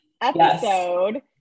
episode